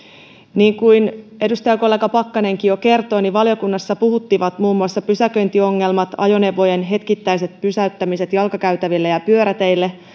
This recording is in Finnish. niin kuin edustajakollega pakkanenkin jo kertoi valiokunnassa puhuttivat muun muassa pysäköintiongelmat ajoneuvojen hetkittäiset pysäyttämiset jalkakäytäville ja pyöräteille